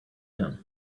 him